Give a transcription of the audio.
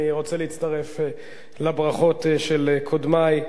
אני רוצה להצטרף לברכות של קודמי.